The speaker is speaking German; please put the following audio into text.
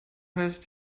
heißt